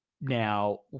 Now